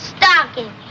stocking